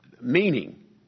meaning